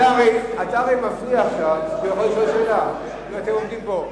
אתה הרי מפריע עכשיו, כשאתם עומדים פה.